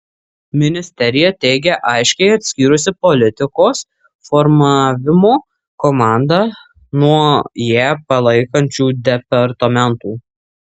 ministerija teigia aiškiai atskyrusi politikos formavimo komandą nuo ją palaikančių departamentų